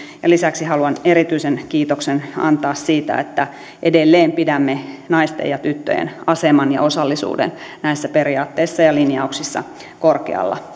lisäksi haluan erityisen kiitoksen antaa siitä että edelleen pidämme naisten ja tyttöjen aseman ja osallisuuden näissä periaatteissa ja linjauksissa korkealla